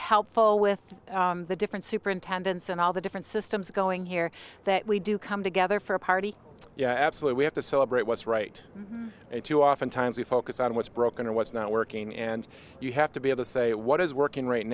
helpful with the different superintendents and all the different systems going here that we do come together for a party yeah absolutely we have to celebrate what's right to oftentimes we focus on what's broken or what's not working and you have to be able to say what is working right